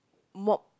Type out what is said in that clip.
mop